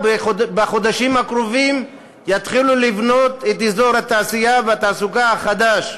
בחודשים הקרובים יתחילו לבנות את אזור התעשייה והתעסוקה החדש.